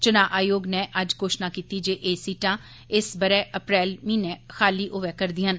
चुनां आयोग नै अज्ज घोषणा कीती जे एह् सीटां इस ब'रे अप्रैल म्हीने खाली होवै करदियां न